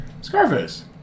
Scarface